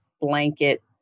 blanket